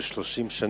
של 30 שנה,